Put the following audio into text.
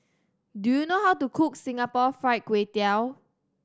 do you know how to cook Singapore Fried Kway Tiao